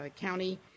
County